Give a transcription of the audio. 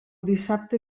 dissabte